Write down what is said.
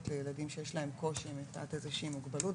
לילדים שיש להם קושי מפאת איזה שהיא מוגבלות,